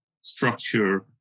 structure